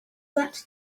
that